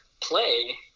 play